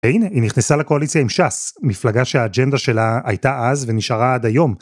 והנה, היא נכנסה לקואליציה עם ש"ס, מפלגה שהאג'נדה שלה הייתה אז ונשארה עד היום